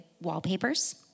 wallpapers